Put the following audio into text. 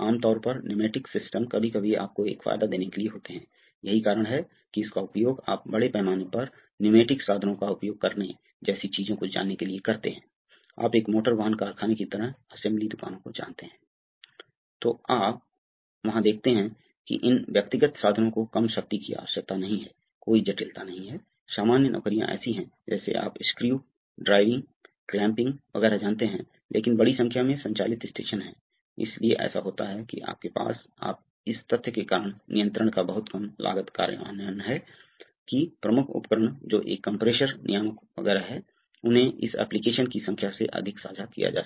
check valve पहले unloading circuit Unloading circuit में मौजूद नहीं था तो समस्या होगी यदि आप पंप A के बजाय पंप B को अनलोड करना चाहते हैं तो सिस्टम को कैसे संशोधित करेंगे